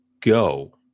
go